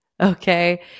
Okay